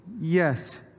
Yes